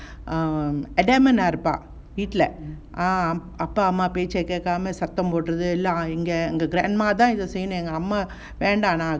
um வீட்ல:veetla ah அப்பா அம்மா பேச்சை கேக்காம சத்தம் போடறது இல்ல இங்க எங்க:appa amma pechai kekkama satham podrathu illa inga enga grandma தான் எல்லாம் செய்யணும் அம்மா வேணாம்:thaan ellaam seyanum amma venaam